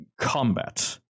combat